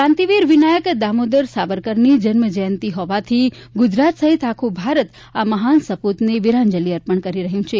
ક્રાંતિવીર વિનાયક દામોદર સાવરકરની જન્મજયંતી હોવાથી ગુજરાત સહિત આખું ભારત આ મહાન સપૂતને વીરાંજલી અર્પણ કરી રહ્યું છે